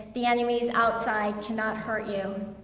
the enemies outside cannot hurt you.